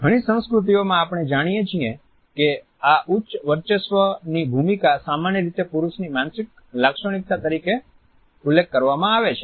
અને ઘણી સંસ્કૃતિઓમાં આપણે જાણીએ છીએ કે આ ઉચ્ચ વર્ચસ્વની ભૂમિકા સામાન્ય રીતે પુરુષની માનસિક લાક્ષણિકતા તરીકે ઉલ્લેખ કરવામાં આવે છે